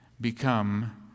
become